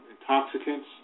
intoxicants